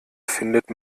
findet